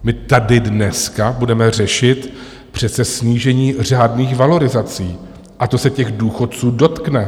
My tady dneska budeme řešit přece snížení řádných valorizací a to se těch důchodců dotkne.